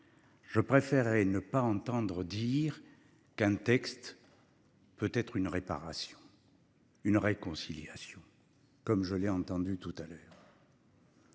Je préférerais ne pas entendre dire qu'un texte. Peut être une réparation. Une réconciliation. Comme je l'ai entendu tout à l'heure.